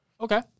Okay